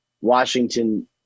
Washington